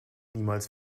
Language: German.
niemals